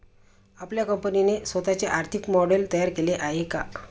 आपल्या कंपनीने स्वतःचे आर्थिक मॉडेल तयार केले आहे का?